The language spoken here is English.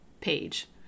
page